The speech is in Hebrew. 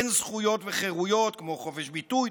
אין זכויות וחירויות כמו חופש ביטוי,